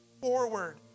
forward